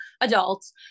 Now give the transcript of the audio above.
adults